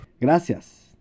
Gracias